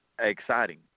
exciting